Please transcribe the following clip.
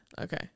okay